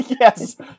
Yes